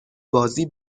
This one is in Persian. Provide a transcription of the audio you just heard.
بازی